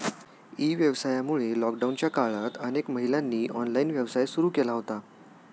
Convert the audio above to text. E व्यवसायामुळे लॉकडाऊनच्या काळात अनेक महिलांनी ऑनलाइन व्यवसाय सुरू केला होता